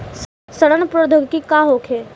सड़न प्रधौगकी का होखे?